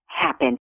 happen